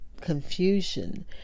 confusion